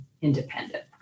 independent